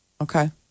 Okay